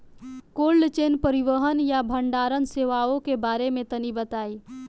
Cold chain परिवहन या भंडारण सेवाओं के बारे में तनी बताई?